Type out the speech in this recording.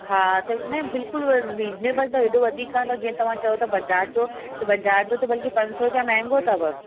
हा त न बिल्कुलु रिजनेबल अथव अहिड़ो वधीक कान अथव जीअं तव्हां चओ था बजाज जो बजाज जो त बल्कि पंज सौ रुपया महांगो अथव